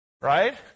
right